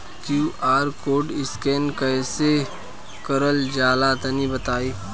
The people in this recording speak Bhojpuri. क्यू.आर कोड स्कैन कैसे क़रल जला तनि बताई?